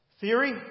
Theory